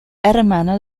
hermano